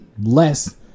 less